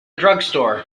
drugstore